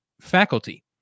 faculty